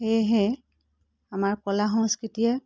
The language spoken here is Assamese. সেয়েহে আমাৰ কলা সংস্কৃতিয়ে